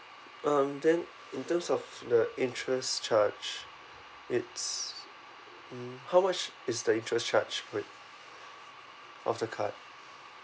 um then in terms of the interest charge it's mm how much is the interest charge for it of the card